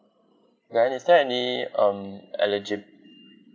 then is there any um eligib~